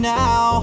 now